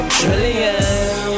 trillion